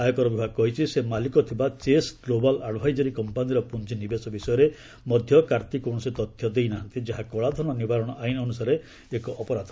ଆୟକର ବିଭାଗ କହିଛି ସେ ମାଲିକ ଥିବା ଚେସ୍ ଗ୍ଲୋବାଲ୍ ଆଡ୍ଭାଇଜରୀ କମ୍ପାନୀର ପୁଞ୍ଜିନିବେଶ ବିଷୟରେ ମଧ୍ୟ କାର୍ତ୍ତି କୌଣସି ତଥ୍ୟ ଦେଇନାହାନ୍ତି ଯାହା କଳାଧନ ନିବାରଣ ଆଇନ ଅନୁସାରେ ଏକ ଅପରାଧ